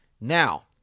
Now